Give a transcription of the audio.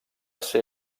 ser